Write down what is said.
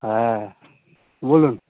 হ্যাঁ বলুন